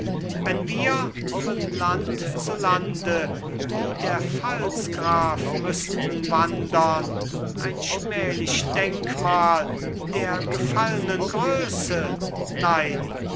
wenn wir von land zu lande wie der pfalzgraf müßten wandern ein schmählich denkmal der gefallnen größe nein